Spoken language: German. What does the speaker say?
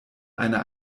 einer